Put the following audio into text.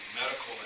medical